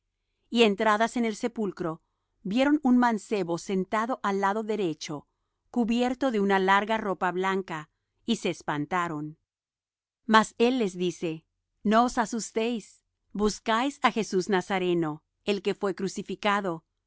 y entradas en el sepulcro vieron un mancebo sentado al lado derecho cubierto de una larga ropa blanca y se espantaron más él les dice no os asustéis buscáis á jesús nazareno el que fué crucificado